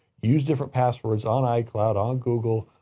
use different passwords on icloud, on google,